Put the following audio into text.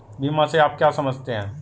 बीमा से आप क्या समझते हैं?